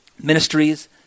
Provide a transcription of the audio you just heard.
ministries